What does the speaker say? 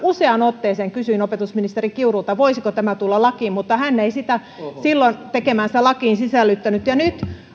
useaan otteeseen kysyin opetusministeri kiurulta voisiko tämä tulla lakiin mutta hän ei sitä silloin tekemäänsä lakiin sisällyttänyt ja nyt